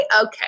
Okay